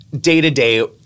day-to-day